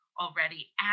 already